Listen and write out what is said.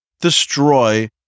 destroy